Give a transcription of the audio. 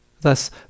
Thus